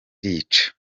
irica